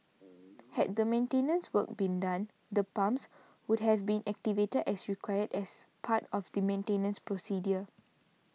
had the maintenance work been done the pumps would have been activated as required as part of the maintenance procedure